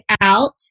out